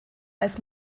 als